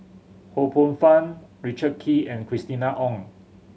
Ho Poh Fun Richard Kee and Christina Ong